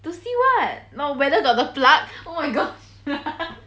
to see what now whether the plug oh my god